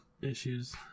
issues